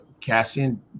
Cassian